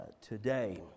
today